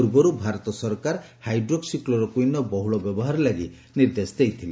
ପୂର୍ବରୁ ଭାରତ ସରକାର ହାଇଡ୍ରୋକ୍ସି କ୍ଲୋରୋକୁଇନ୍ର ବହୁଳ ବ୍ୟବହାର ଳାଗି ନିର୍ଦ୍ଦେଶ ଦେଇଥିଲେ